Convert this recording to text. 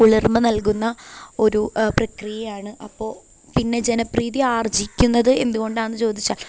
കുളിർമ നൽകുന്ന ഒരു അ പ്രക്രിയയാണ് അപ്പോള് പിന്നെ ജനപ്രീതി ആർജിക്കുന്നത് എന്തുകൊണ്ടാണെന്ന് ചോദിച്ചാൽ